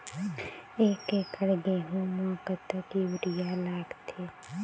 एक एकड़ गेहूं म कतक यूरिया लागथे?